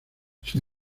sin